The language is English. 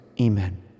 amen